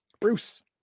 bruce